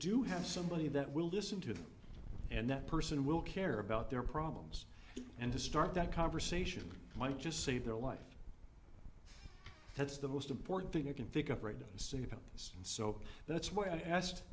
do have somebody that will listen to and that person will care about their problems and to start that conversation might just save their life that's the most important thing you can think of right to say about this and so that's why i asked